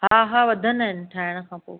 हा हा वधंदा आहिनि ठाहिण खां पोइ